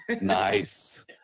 Nice